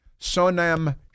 Sonam